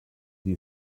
you